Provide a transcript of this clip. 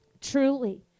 truly